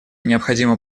необходимо